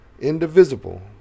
indivisible